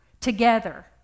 together